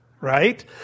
Right